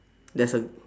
there's a